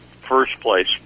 first-place